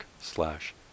slash